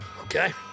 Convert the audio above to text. Okay